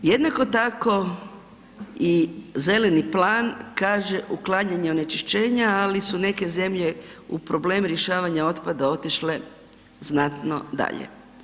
Jednako tako i zeleni plan kaže uklanjanje onečišćenja, ali su neke zemlje u problemu rješavanja otpada otišle znatno dalje.